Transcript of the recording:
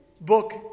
book